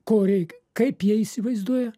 ko reik kaip jie įsivaizduoja